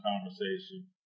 conversation